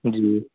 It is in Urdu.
جی